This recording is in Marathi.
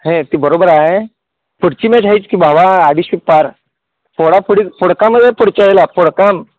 नाही ते बरोबर आहे पुढची मॅच आहेच की भावा अडीचशे पार फोडाफोडीत फोडकामध्ये पुढच्या वेळेला फोडकाम